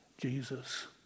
Jesus